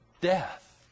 death